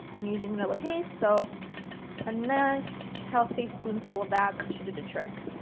i'm using vanilla paste so, a nice healthy spoonful of that should do the trick.